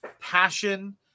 passion